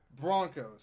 Broncos